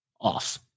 off